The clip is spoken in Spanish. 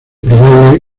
probable